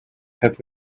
had